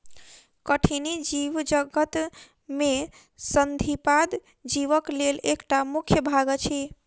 कठिनी जीवजगत में संधिपाद जीवक लेल एकटा मुख्य भाग अछि